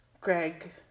Greg